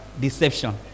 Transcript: deception